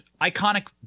iconic